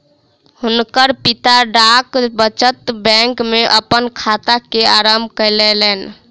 हुनकर पिता डाक बचत बैंक में अपन खाता के आरम्भ कयलैन